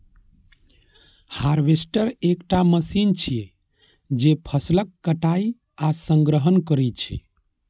harvester एकटा machine छियै, जे फसलक कटाइ आ संग्रहण करै छै